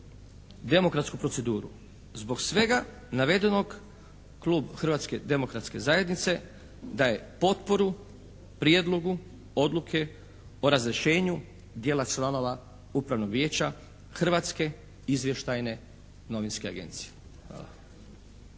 demokratsku proceduru. Zbog svega navedenog klub Hrvatske demokratske zajednice daje potporu prijedlogu odluke o razrješenju djela članova Upravnog vijeća Hrvatske izvještajne novinske agencije.